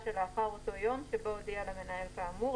שלאחר אותו יום שבו הודיע למנהל כאמור,